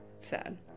sad